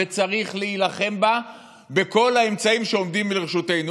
וצריך להילחם בה בכל האמצעים שעומדים לרשותנו,